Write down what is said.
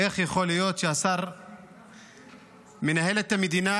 איך יכול להיות שהשר מנהל את המדינה